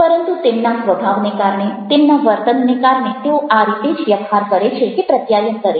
પરંતુ તેમના સ્વભાવને કારણે તેમના વર્તનને કારણે તેઓ આ રીતે જ વ્યવહાર કરે છે કે પ્રત્યાયન કરે છે